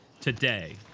today